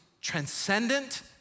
transcendent